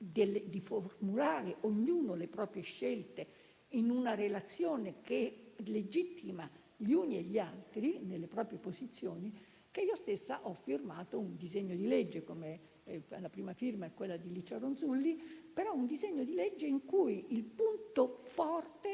di formulare ognuno le proprie scelte in una relazione che legittima gli uni e gli altri nelle proprie posizioni, che io stessa ho firmato il disegno di legge a prima firma della senatrice Licia Ronzulli. Si tratta, però, di un disegno di legge in cui il punto forte,